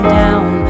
down